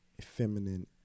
feminine